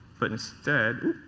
but instead